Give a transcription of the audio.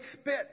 spit